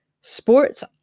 sports